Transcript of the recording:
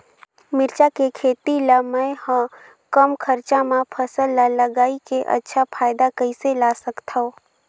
मिरचा के खेती ला मै ह कम खरचा मा फसल ला लगई के अच्छा फायदा कइसे ला सकथव?